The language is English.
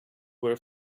were